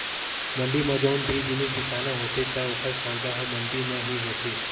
मंड़ी म जउन भी जिनिस बिसाना होथे त ओकर सौदा ह मंडी म ही होथे